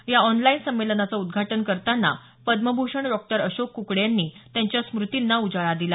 या ऑनलाईन संमेलनाचं उद्घाटन करताना पद्मभूषण डॉ अशोक क्कडे यांनी त्यांच्या स्मृतींना उजाळा दिला